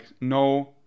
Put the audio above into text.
no